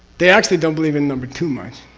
they actually don't believe in number two much.